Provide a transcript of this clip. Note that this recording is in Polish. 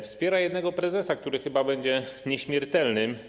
Wspiera jednego prezesa, który chyba będzie nieśmiertelny.